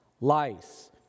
lice